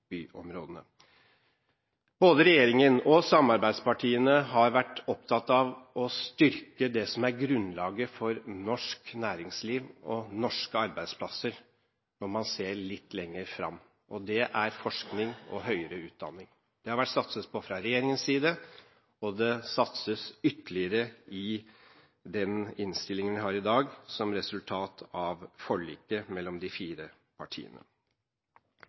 Både regjeringen og samarbeidspartiene har vært opptatt av å styrke det som er grunnlaget for norsk næringsliv og norske arbeidsplasser, når man ser litt lenger fram, og det er forskning og høyere utdanning. Det har det vært satset på fra regjeringens side, og det satses ytterligere i den innstillingen vi behandler i dag, som resultat av forliket mellom de fire partiene.